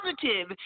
positive